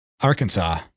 Arkansas